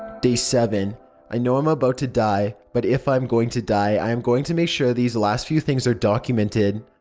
day seven i know i am about to die. but if i am going to die i am going to make sure these last few things are documented.